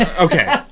Okay